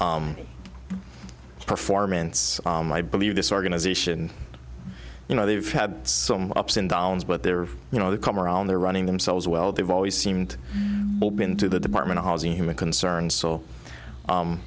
know performance i believe this organization you know they've had some ups and downs but they're you know the come around they're running themselves well they've always seemed been to the department of housing him a concern so